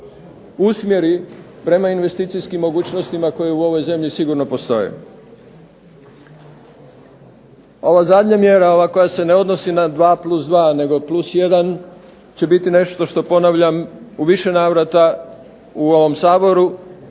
usmjeri prema investicijskim mogućnostima koje u ovoj zemlji sigurno postoje. Ova zadnja mjera, ova koja se ne odnosi na 2+2 nego +1 će biti nešto što ponavljam u više navrata u ovom Saboru,